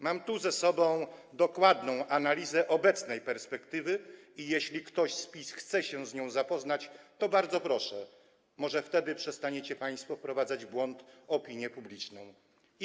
Mam tu ze sobą dokładną analizę obecnej perspektywy i jeśli ktoś z PiS chce się z nią zapoznać, to bardzo proszę, może wtedy przestaniecie państwo wprowadzać opinię publiczną w błąd.